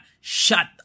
shut